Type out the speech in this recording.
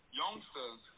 youngsters